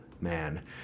man